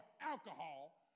alcohol